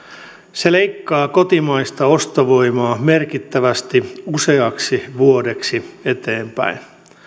se leikkaa kotimaista ostovoimaa merkittävästi useaksi vuodeksi eteenpäin